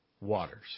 waters